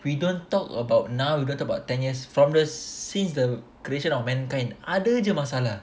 we don't talk about now we talk about ten years from this since the creation of mankind ada je masalah